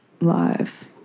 live